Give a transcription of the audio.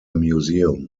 museum